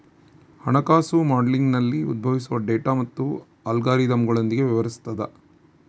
ಹಣಕಾಸು ಮಾಡೆಲಿಂಗ್ನಲ್ಲಿ ಉದ್ಭವಿಸುವ ಡೇಟಾ ಮತ್ತು ಅಲ್ಗಾರಿದಮ್ಗಳೊಂದಿಗೆ ವ್ಯವಹರಿಸುತದ